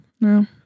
No